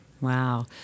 Wow